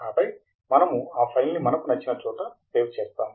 ఆపై మనము ఆ ఫైల్ ని మనకు నచ్చిన చోట సేవ్ చేస్తాము